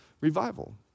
revival